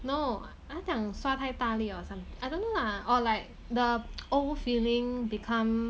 no 他讲刷太大力 or some~ I don't know lah or like the old filling become